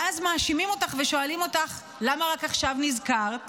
ואז מאשימים אותך ושואלים אותך: למה רק עכשיו נזכרת?